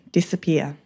disappear